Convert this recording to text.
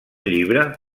llibre